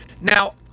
Now